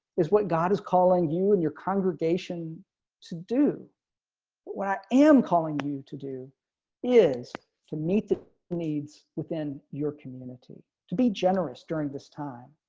is what god is calling you and your congregation to do what i am calling you to do is to meet the needs within your community to be generous during this time.